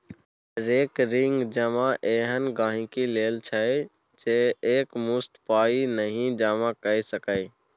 recurring जमा एहन गांहिकी लेल छै जे एकमुश्त पाइ नहि जमा कए सकैए